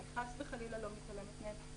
אני חס וחלילה לא מתעלמת מהם,